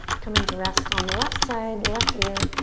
coming to rest on the left side, left ear,